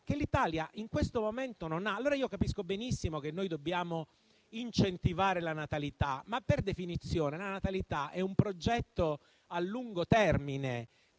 che l'Italia in questo momento non ha. Capisco benissimo che dobbiamo incentivare la natalità, ma per definizione la natalità è un progetto a lungo termine: